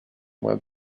web